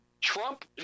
Trump